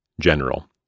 general